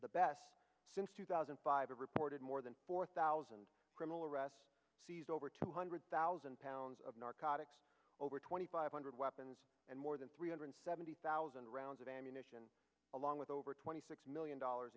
the best since two thousand and five of reported more than four thousand criminal arrests sees over two hundred thousand pounds of narcotics over twenty five hundred weapons and more than three hundred seventy thousand rounds of ammunition along with over twenty six million dollars